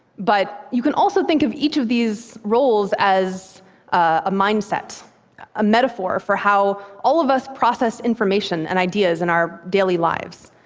but you can also think of each of these roles as a mindset a metaphor for how all of us process information and ideas in our daily lives.